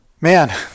man